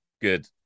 Good